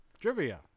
Trivia